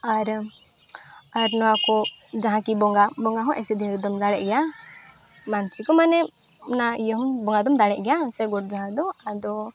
ᱟᱨ ᱟᱨ ᱱᱚᱣᱟ ᱠᱚ ᱡᱟᱦᱟᱸ ᱠᱤ ᱵᱚᱸᱜᱟ ᱵᱚᱸᱜᱟ ᱦᱚᱸ ᱮᱭᱥᱮ ᱫᱤᱱ ᱨᱮᱫᱚᱢ ᱫᱟᱲᱮᱜ ᱜᱮᱭᱟ ᱢᱟᱱᱥᱤᱠ ᱢᱟᱱᱮ ᱚᱱᱟ ᱤᱭᱟᱹ ᱦᱚᱸ ᱵᱚᱸᱜᱟ ᱫᱚᱢ ᱫᱟᱲᱮᱜ ᱜᱮᱭᱟ ᱥᱮ ᱜᱚᱴᱼᱡᱚᱦᱟᱨ ᱫᱚ ᱟᱫᱚ